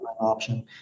option